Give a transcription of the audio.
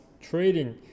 trading